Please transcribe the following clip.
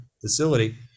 facility